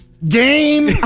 game